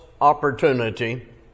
opportunity